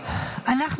להצבעה.